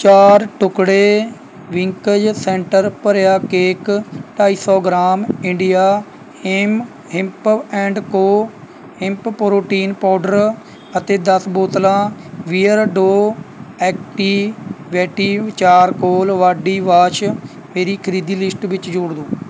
ਚਾਰ ਟੁਕੜੇ Winkies centre ਭਰਿਆ ਕੇਕ ਢਾਈ ਸੌ gram India hemp hemp and co hemp protein powder ਅਤੇ ਦਸ ਬੋਤਲਾਂ Beardo activated charcoal body wash ਮੇਰੀ ਖਰੀਦੀ ਲਿਸਟ ਵਿੱਚ ਜੋੜ ਦਿਓ